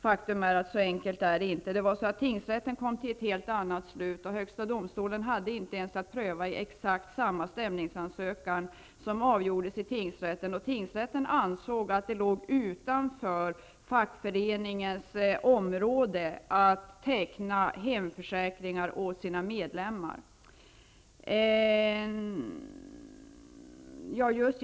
Faktum är att det inte är så enkelt. Tingsrätten kom till ett helt annat domslut, och Högsta domstolen hade inte ens att pröva exakt samma stämmningsansökan som låg till grund för avgörandet i tingsrätten. Tingsrätten ansåg att det låg utanför fackföreningens område att teckna hemförsäkring åt sina medlemmar.